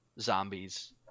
zombies